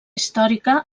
històrica